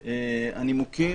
הנימוקים,